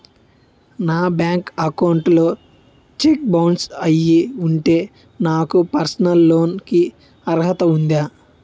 నా bank account లో cheque bounce అయ్యి ఉంటే నాకు పర్సనల్ లోన్ కీ అర్హత ఉందా?